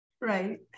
right